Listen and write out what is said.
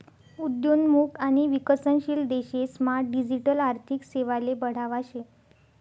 उद्योन्मुख आणि विकसनशील देशेस मा डिजिटल आर्थिक सेवाले बढावा शे